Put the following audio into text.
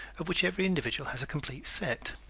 of which every individual has a complete set.